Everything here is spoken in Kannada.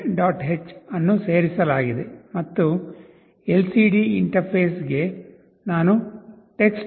h ಅನ್ನು ಸೇರಿಸಲಾಗಿದೆ ಮತ್ತು ಎಲ್ಸಿಡಿ ಇಂಟರ್ಫೇಸ್ ಗೆ ನಾನು TextLCD